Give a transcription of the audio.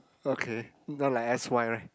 okay not like S_Y right